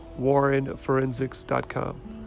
WarrenForensics.com